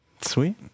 Sweet